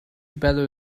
better